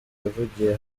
yavugiye